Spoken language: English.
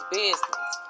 business